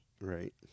Right